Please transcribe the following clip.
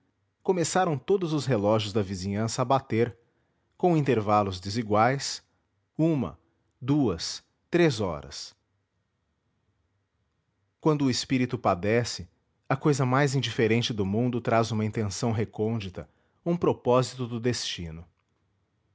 começaram todos os relógios da vizinhança a bater com intervalos desiguais uma duas três horas quando o espírito padece a cousa mais indiferente do mundo traz uma intenção recôndita um propósito do destino